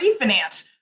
refinance